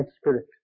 spirit